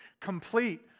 complete